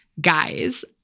guys